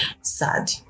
sad